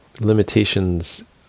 limitations